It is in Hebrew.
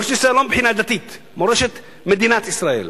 מורשת ישראל לא מבחינה דתית, מורשת מדינת ישראל.